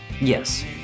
Yes